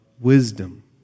wisdom